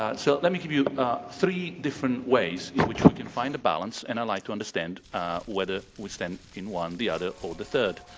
ah so let me give you three different ways in which we can find a balance, and i like to understand whether we stand in one, the other, or the third.